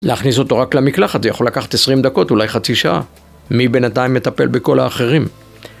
להכניס אותו רק למקלחת, זה יכול לקחת עשרים דקות, אולי חצי שעה. מי בינתיים מטפל בכל האחרים?